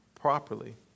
properly